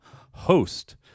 Host